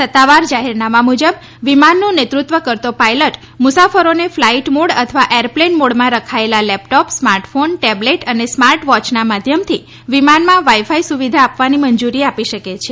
સત્તાવાર જાહેરનામાં મુજબ વિમાનનું નેતૃત્વ કરતો પાઈલ્ટ મુસાફરોને ફ્લાઇટ મોડ અથવા એર પ્લેન મોડમાં રખાયેલા લેપટોપ સ્માર્ટફોન ટેબ્લેટ અને સ્માર્ટ વોચના માધ્યમથી વિમાનમાં વાઇ ફાઇ સુવિધા આપવાની મંજુરી આપી શકે છે